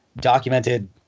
documented